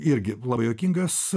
irgi labai juokingas